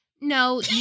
No